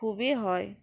খুবই হয়